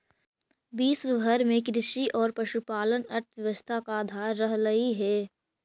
विश्व भर में कृषि और पशुपालन अर्थव्यवस्था का आधार रहलई हे